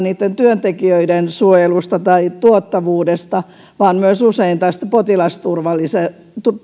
niitten työntekijöiden suojelusta tai tuottavuudesta vaan myös usein potilasturvallisuudesta